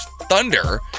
thunder